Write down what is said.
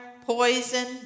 poison